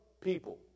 people